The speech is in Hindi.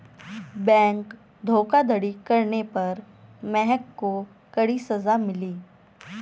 बैंक धोखाधड़ी करने पर महक को कड़ी सजा मिली